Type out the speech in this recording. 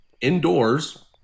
indoors